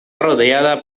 rodeada